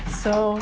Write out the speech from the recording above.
so